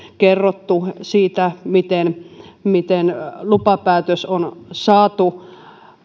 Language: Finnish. kerrottu esimerkiksi siitä miten miten lupapäätös on saatu